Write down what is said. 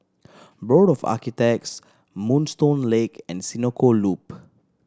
Board of Architects Moonstone Lake and Senoko Loop